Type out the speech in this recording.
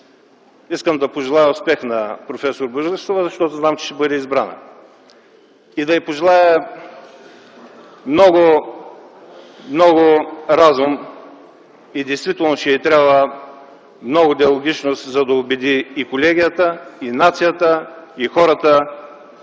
искам да пожелая успех на проф. Борисова, защото знам, че ще бъде избрана. Искам да й пожелая много, много разум и действително ще й трябва много диалогичност, за да убеди и Колегията, и нацията, и хората,